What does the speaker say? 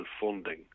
funding